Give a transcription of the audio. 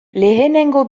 lehenengo